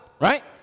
right